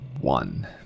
one